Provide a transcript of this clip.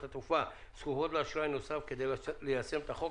התעופה זקוקות לאשראי נוסף כדי ליישם את החוק,